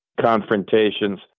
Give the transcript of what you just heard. confrontations